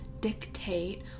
dictate